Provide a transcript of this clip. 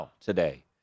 today